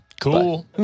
cool